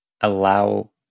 allow